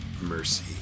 Mercy